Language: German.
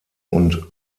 und